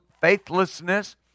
faithlessness